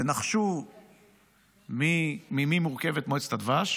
תנחשו ממי מורכבת מועצת הדבש?